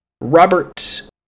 Robert